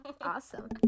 awesome